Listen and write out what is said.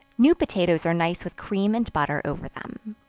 new potatoes are nice with cream and butter over them.